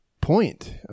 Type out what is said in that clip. point